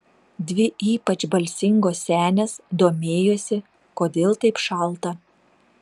dvi ypač balsingos senės domėjosi kodėl taip šalta